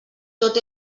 tot